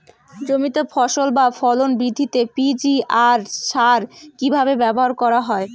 জমিতে ফসল বা ফলন বৃদ্ধিতে পি.জি.আর সার কীভাবে ব্যবহার করা হয়?